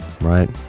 Right